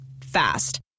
Fast